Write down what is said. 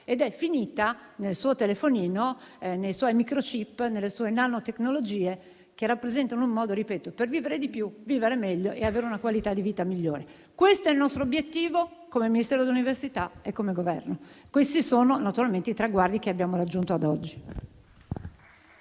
ed è finita nel suo telefonino, nei suoi *microchip*, nelle sue nanotecnologie, che rappresentano un modo per vivere di più e meglio e avere una qualità di vita migliore. Questo è il nostro obiettivo, come Ministero dell'università e come Governo. Questi sono, naturalmente, i traguardi che abbiamo raggiunto ad oggi.